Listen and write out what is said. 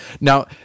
Now